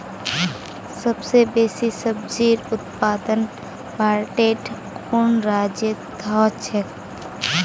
सबस बेसी सब्जिर उत्पादन भारटेर कुन राज्यत ह छेक